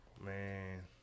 Man